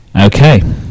Okay